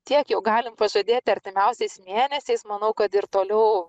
tiek jau galim pažadėti artimiausiais mėnesiais manau kad ir toliau